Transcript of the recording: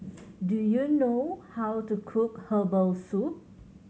do you know how to cook herbal soup